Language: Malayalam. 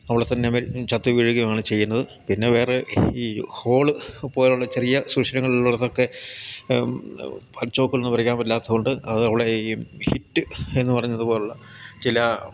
അവിടെത്തന്നെ ചത്തു വീഴുകയുമാണ് ചെയ്യുന്നത് പിന്നെ വേറെ ഈ ഹോള് പോലെയുള്ള ചെറിയ സുഷിരങ്ങൾ ഉള്ളയിടത്തൊക്കെ ചോക്കൊന്നും വരയ്ക്കാൻ പറ്റില്ലാത്തതുകൊണ്ട് അതവിടെ ഈ ഹിറ്റ് എന്നു പറഞ്ഞതുപോലുള്ള ചില